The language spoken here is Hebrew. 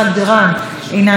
חבר הכנסת איימן עודה,